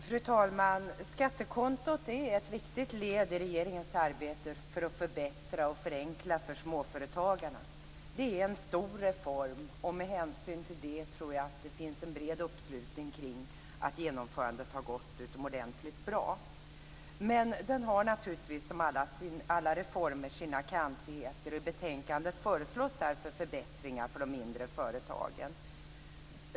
Fru talman! Skattekontot är ett viktigt led i regeringens arbete för att förbättra och förenkla för småföretagarna. Det är en stor reform, och med hänsyn till det tror jag att det finns en bred uppslutning kring att genomförandet har gått utomordentligt bra. Men som alla reformer har den naturligtvis sina kantigheter. I betänkandet förslås därför förbättringar för de mindre företagen.